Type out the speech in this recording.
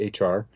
HR